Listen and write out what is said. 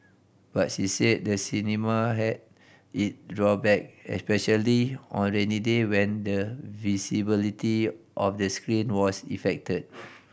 but she said the cinema had it drawback especially on rainy day when the visibility of the screen was effected